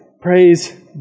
Praise